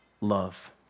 love